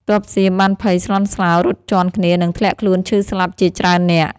ទ័ពសៀមបានភ័យស្លន់ស្លោ រត់ជាន់គ្នា និងធ្លាក់ខ្លួនឈឺស្លាប់ជាច្រើននាក់។